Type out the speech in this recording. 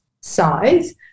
size